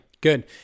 Good